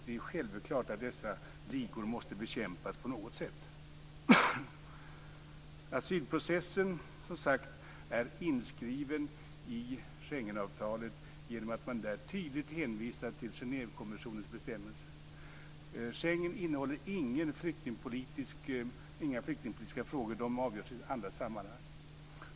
Det är självklart att dessa ligor måste bekämpas på något sätt. Asylprocessen är som sagt inskriven i Schengenavtalet genom att man där tydligt hänvisar till Genèvekonventionens bestämmelser. Schengen innehåller inga flyktingpolitiska frågor. De avgörs i andra sammanhang.